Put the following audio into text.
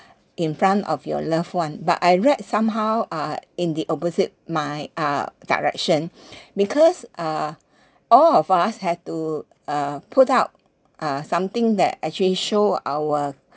in front of your loved one but I read somehow uh in the opposite my uh direction because uh all of us have to uh put out uh something that actually show our